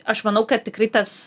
aš manau kad tikrai tas